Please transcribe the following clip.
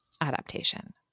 adaptation